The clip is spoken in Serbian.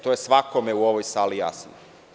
To je svakome u ovoj sali jasno.